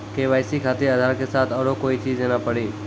KYC खातिर आधार के साथ औरों कोई चीज देना पड़ी?